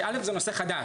אז א' זה נושא חדש.